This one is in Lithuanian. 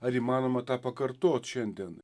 ar įmanoma tą pakartot šiandien